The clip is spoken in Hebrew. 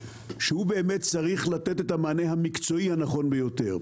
שהוא צריך לתת את המענה המקצועי הנכון ביותר.